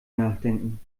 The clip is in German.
nachdenken